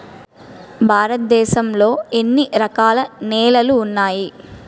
భారతదేశం లో ఎన్ని రకాల నేలలు ఉన్నాయి?